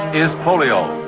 is polio,